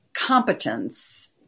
competence